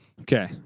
Okay